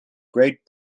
great